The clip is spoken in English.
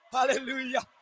Hallelujah